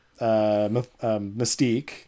Mystique